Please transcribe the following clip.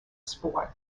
sport